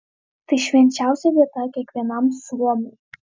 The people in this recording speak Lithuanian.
tai švenčiausia vieta kiekvienam suomiui